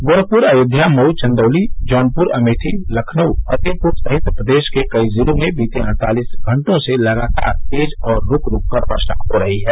गोरखपुर अयोध्या मऊ चन्दौली जौनपुर अमेठी लखनऊ फतेहपुर सहित प्रदेश के कई जिलों में बीते अड़तालिस घंटों से लगातार तेज और रूक रूक कर वर्षा हो रही है